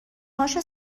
هاشو